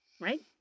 Right